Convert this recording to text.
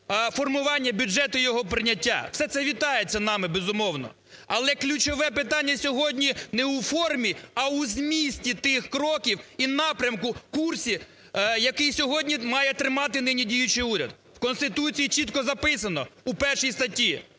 формування бюджету і його прийняття, все це вітається нами, безумовно. Але ключове питання сьогодні не у формі, а у змісті тих кроків і напрямку курсу, який сьогодні має тримати діючий уряд. У Конституції чітко записано в першій статті: